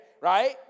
right